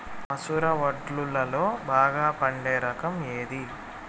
మసూర వడ్లులో బాగా పండే రకం ఏది?